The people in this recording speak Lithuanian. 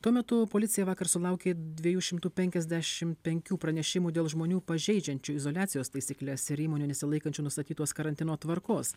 tuo metu policija vakar sulaukė dvejų šimtų penkiasdešim penkių pranešimų dėl žmonių pažeidžiančių izoliacijos taisykles ir įmonių nesilaikančių nustatytos karantino tvarkos